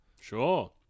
Sure